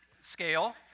scale